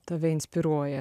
tave inspiruoja